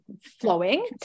flowing